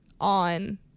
on